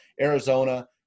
Arizona